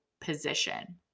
position